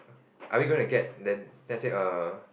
are we going to get then I said err